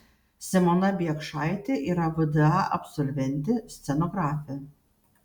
simona biekšaitė yra vda absolventė scenografė